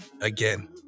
Again